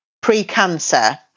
pre-cancer